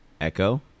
Echo